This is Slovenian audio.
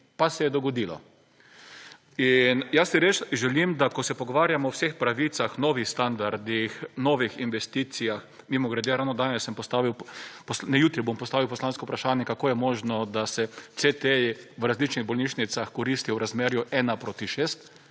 pa se je dogodilo. Jaz si res želim, ko se pogovarjamo o vseh pravicah novih standardih, novih investicijah mimogrede ravno danes sem postavil ne jutri bom postavil poslansko vprašanje kako je možno, da se CT v različnih bolnišnicah koristijo v razmerju 1:6